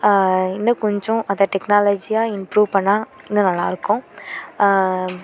இன்னும் கொஞ்சம் அதை டெக்னாலஜியை இம்ப்ரூவ் பண்ணால் இன்னும் நல்லா இருக்கும்